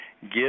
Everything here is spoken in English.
give